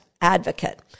advocate